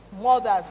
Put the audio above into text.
mothers